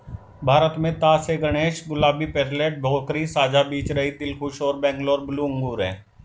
भारत में तास ए गणेश, गुलाबी, पेर्लेट, भोकरी, साझा बीजरहित, दिलखुश और बैंगलोर ब्लू अंगूर हैं